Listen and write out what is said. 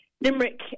Limerick